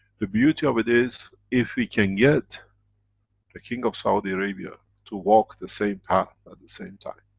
the beauty of it is, if we can get the king of saudi arabia to walk the same path at the same time,